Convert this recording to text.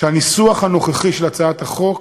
שהניסוח הנוכחי של הצעת החוק